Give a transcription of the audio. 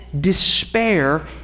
despair